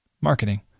Marketing